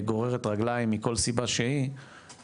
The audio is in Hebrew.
גוררת רגליים מכל סיבה שהיא,